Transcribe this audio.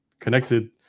connected